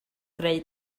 greu